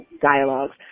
dialogues